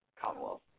Commonwealth